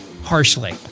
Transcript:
harshly